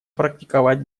практиковать